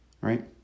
right